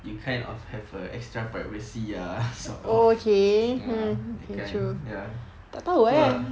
you kind of have a extra privacy ah sort of ah that kind ya tu ah